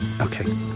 Okay